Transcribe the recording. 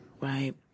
right